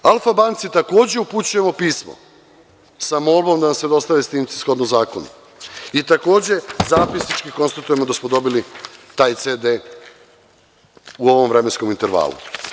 Alfa banci takođe upućujemo pismo sa molbom da nam se dostave snimci shodno zakonu i takođe zapisnički konstatujemo da smo dobili taj CD u ovom vremenskom intervalu.